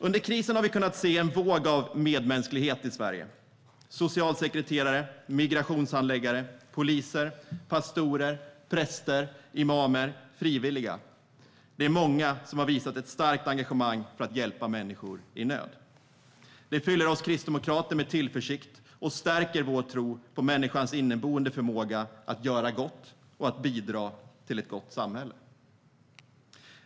Under krisen har vi kunnat se en våg av medmänsklighet i Sverige: socialsekreterare, migrationshandläggare, poliser, pastorer, präster, imamer och frivilliga. Det är många som har visat ett starkt engagemang för att hjälpa människor i nöd. Det fyller oss kristdemokrater med tillförsikt och stärker vår tro på människans inneboende förmåga att göra gott och att bidra till ett gott samhälle.